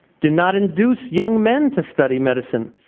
do not induce young men to study medicine,